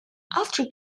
after